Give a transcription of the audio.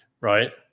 right